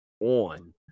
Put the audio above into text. on